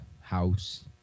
house